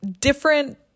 different